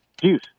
juice